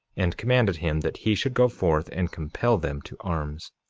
and commanded him that he should go forth and compel them to arms.